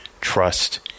trust